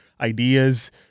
ideas